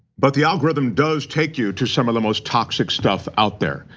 but the algorithm does take you to some of the most toxic stuff out there.